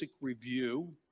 review